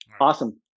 awesome